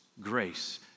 grace